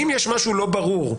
אם יש משהו לא ברור,